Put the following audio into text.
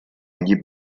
gli